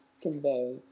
convey